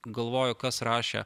galvoju kas rašė